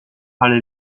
alle